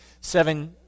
seven